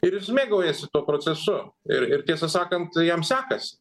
ir jis mėgaujasi tuo procesu ir ir tiesą sakant jam sekas